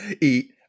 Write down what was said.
Eat